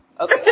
Okay